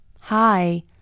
Hi